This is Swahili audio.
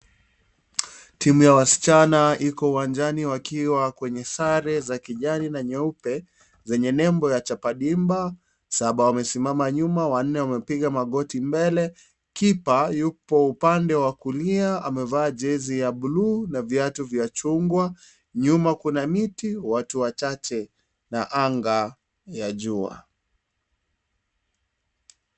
Timu ya wasichana iko uwanjani wakiwa kwenye sare za kijani na nyeupe zenye nembo ya chapa dimba saba wamesimama nyuma wanne wamepiga magoti mbele keeper yupo upande wa kulia amevaa jezi ya bluu na viatu vya chungwa nyuma kuna miti watu wachache na anga ya jua.